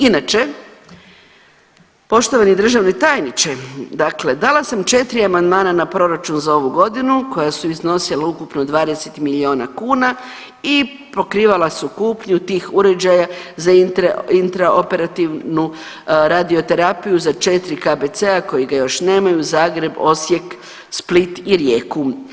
Inače poštovani državni tajniče, dakle dala sam 4 amandmana na proračun za ovu godinu koja su iznosila upravo 20 milijuna kuna i pokrivala su kupnju tih uređaja za intra operativnu radioterapiju za 4 KBC-a koji ga još nemaju Zagreb, Osijek, Split i Rijeku.